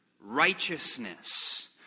Righteousness